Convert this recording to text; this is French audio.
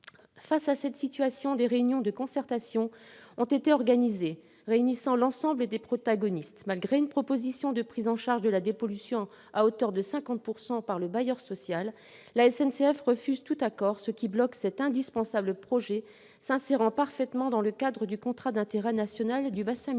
Face à cette situation, des réunions de concertation ont été organisées, regroupant l'ensemble des protagonistes. Malgré une proposition de prise en charge de la dépollution à hauteur de 50 % par le bailleur social, la SNCF refuse tout accord, ce qui bloque cet indispensable projet s'insérant parfaitement dans le cadre du contrat d'intérêt national du bassin minier.